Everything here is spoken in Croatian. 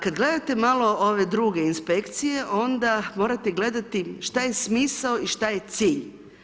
Kad gledate malo ove druge Inspekcije, onda morate gledati što je smisao i šta je cilj.